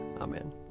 Amen